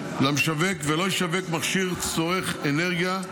למשווק ולא ישווק מכשיר צורך אנרגיה,